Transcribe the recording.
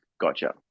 gotcha